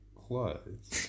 clothes